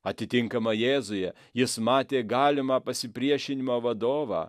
atitinkamą jėzuje jis matė galimą pasipriešinimą vadovą